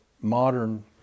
modern